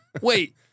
wait